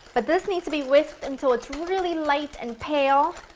but this needs to be whisked until it's really light and pale,